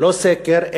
לא סקר,